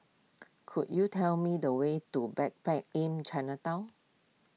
could you tell me the way to Backpackers Inn Chinatown